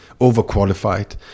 overqualified